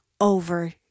over